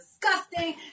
disgusting